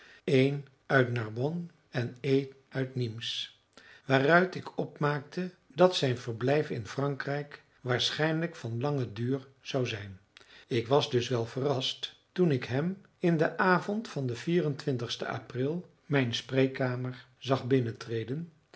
een uit narbonne en een uit nimes waaruit ik opmaakte dat zijn verblijf in frankrijk waarschijnlijk van langen duur zou zijn ik was dus wel verrast toen ik hem in den avond van den sten april mijn spreekkamer zag binnentreden